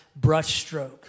brushstroke